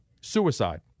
suicide